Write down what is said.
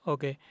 Okay